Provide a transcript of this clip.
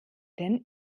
denn